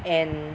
and